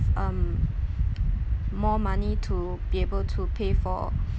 um more money to be able to pay for